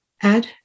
add